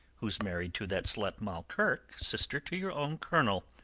who's married to that slut moll kirke, sister to your own colonel,